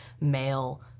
male